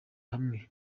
hamwe